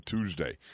Tuesday